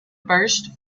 first